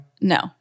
No